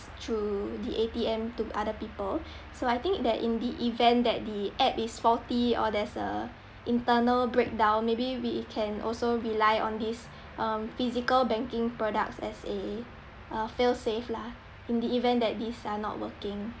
through the A_T_M to other people so I think that in the event that the app is faulty or there's a internal breakdown maybe we can also rely on this um physical banking products as a a fail-safe lah in the event that these are not working